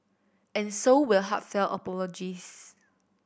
and so were heartfelt apologies